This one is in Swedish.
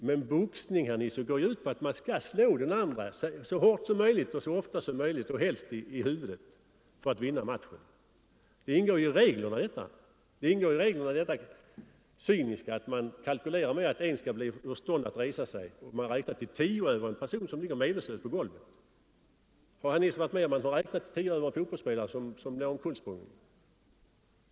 Men boxning går ju ut på att man skall slå den andra så hårt och så ofta som möjligt och helst i huvudet för att vinna matchen. Detta ingår i reglerna. Det cyniska att man kalkylerar med att en skall bli ur stånd att resa sig, man räknar till tio över en person som ligger medvetslös på golvet, ingår i reglerna. Har herr Nisser varit med om att man räknat till tio över en fotbollsspelare som blir omkullsprungen?